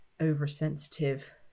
oversensitive